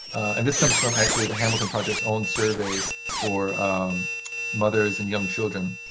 and this comes from, actually, the hamilton project's own survey for mothers and young children.